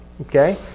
okay